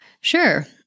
Sure